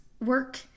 work